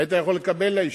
היית יכול לקבל לישיבות.